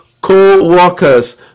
co-workers